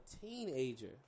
teenager